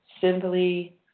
simply